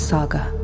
Saga